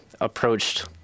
approached